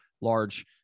large